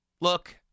Look